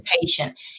patient